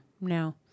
no